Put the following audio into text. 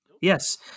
Yes